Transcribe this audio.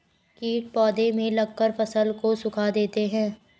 कीट पौधे में लगकर फसल को सुखा देते हैं